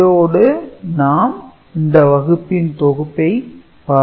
இதோடு நாம் இந்த வகுப்பின் தொகுப்பை பார்ப்போம்